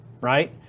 right